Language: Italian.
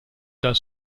dal